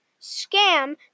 scam